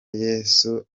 yesu